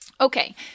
Okay